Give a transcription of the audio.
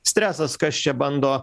stresas kas čia bando